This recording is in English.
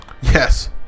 Yes